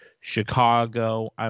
Chicago